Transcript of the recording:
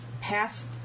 past